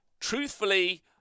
truthfully